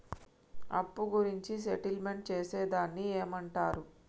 అప్పు గురించి సెటిల్మెంట్ చేసేదాన్ని ఏమంటరు?